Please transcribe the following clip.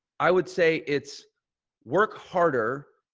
i would say it's work harder.